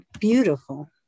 beautiful